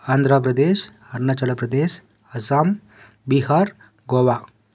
Andhra Pradesh Arunachal Pradesh Assam Bihar Goa